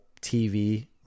TV